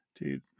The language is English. Dude